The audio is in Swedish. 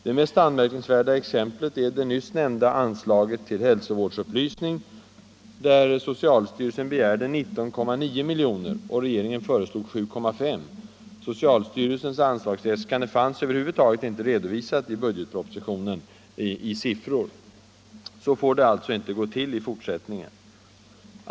Det mest anmärkningsvärda exemplet är det nyss nämnda anslaget till hälsovårdsupplysning, där socialstyrelsen begärde 19,9 miljoner och regeringen föreslog 7,5. Socialstyrelsens anslagsäskande fanns över huvud taget inte redovisat i siffror i budgetpropositionen. Så får det alltså inte gå till i fortsättningen.